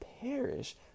perish